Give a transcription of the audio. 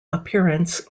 appearance